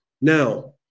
Now